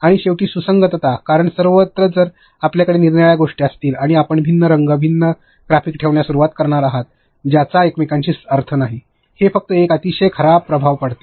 आणि शेवटी सुसंगतता कारण सर्वत्र जर आपल्याकडे निरनिराळ्या गोष्टी असतील आणि आपण भिन्न रंग आणि भिन्न ग्राफिक ठेवण्यास सुरूवात करणार आहात ज्याचा एकमेकांशी अर्थ नाही हे फक्त एक अतिशय खराब प्रभाव पाडते